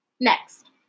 Next